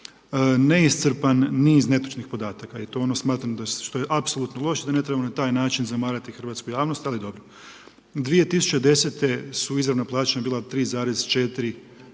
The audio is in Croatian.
neiscrpan niz netočnih podataka i to je ono što smatram apsolutno loše, da ne trebamo na taj način zamarati hrvatsku javnost, ali dobro. 2010. su izravna plaćanja bila 3,4